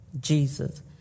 Jesus